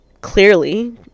clearly